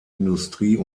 industrie